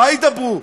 מה ידברו,